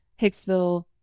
Hicksville